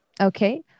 Okay